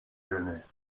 jeunesse